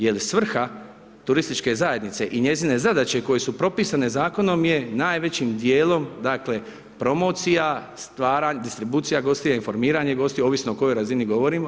Jer svrha turističke zajednice i njezine zadaće koje su propisane zakonom je najvećim dijelom, dakle, promocija, stvaranje, distribucija gostiju, informiranje gostiju, ovisno o kojoj razini govorimo.